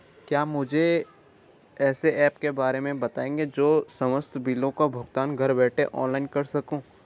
क्या मुझे ऐसे ऐप के बारे में बताएँगे जो मैं समस्त बिलों का भुगतान घर बैठे ऑनलाइन कर सकूँ?